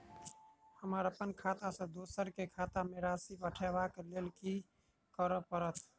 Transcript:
हमरा अप्पन खाता सँ दोसर केँ खाता मे राशि पठेवाक लेल की करऽ पड़त?